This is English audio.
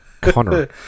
Connor